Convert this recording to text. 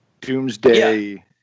doomsday